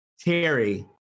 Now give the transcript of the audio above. Terry